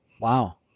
Wow